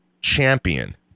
champion